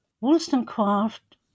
Wollstonecraft